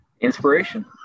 Inspiration